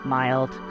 mild